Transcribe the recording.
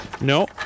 No